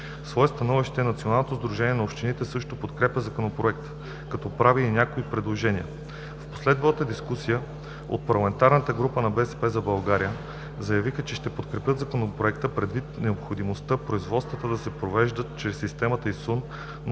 свое становище Националното сдружение на общините също подкрепя Законопроекта, като прави и някои предложения. В последвалата дискусия от парламентарната група на „БСП за България“ заявиха, че ще подкрепят Законопроекта предвид необходимостта производствата да се провеждат чрез системата ИСУН, но